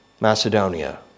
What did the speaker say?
Macedonia